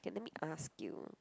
K let me ask you